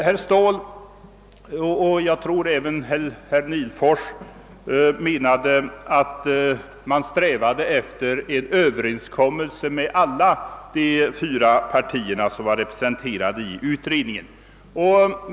Herr Ståhl, och jag tror även herr Nihlfors, hävdade att mittenpartierna strävade efter en överenskommelse mellan alla de fyra partier som var representerade i utredningen.